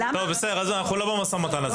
אנחנו לא במשא-ומתן הזה.